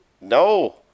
No